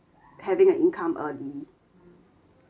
having a income early